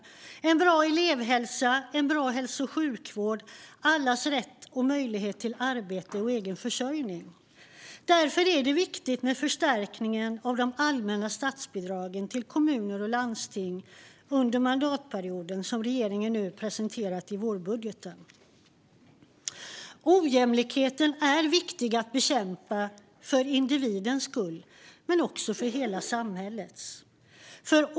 Det handlar om bra elevhälsa, bra hälso och sjukvård liksom allas rätt och möjlighet till arbete och egen försörjning. Därför är det viktigt med den förstärkning av de allmänna statsbidragen till kommuner och landsting under mandatperioden som regeringen nu har presenterat i vårbudgeten. Ojämlikheten är viktig att bekämpa för individens men också för hela samhällets skull.